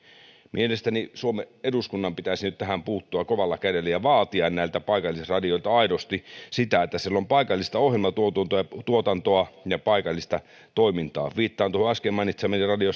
mielestäni suomen eduskunnan pitäisi nyt tähän puuttua kovalla kädellä ja vaatia näiltä paikallisradioilta aidosti sitä että siellä on paikallista ohjelmatuotantoa ja paikallista toimintaa viittaan tuohon äsken mainitsemaani radio